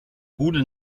bude